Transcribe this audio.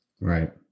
Right